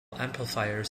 amplifiers